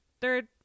third